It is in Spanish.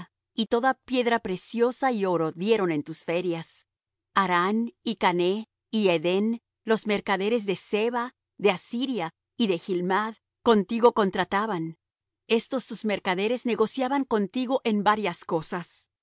y toda piedra preciosa y oro dieron en tus ferias harán y canneh y edén los mercaderes de seba de asiria y chilmad contigo contrataban estos tus mercaderes negociaban contigo en varias cosas